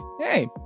hey